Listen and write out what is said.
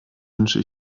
wünsche